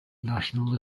national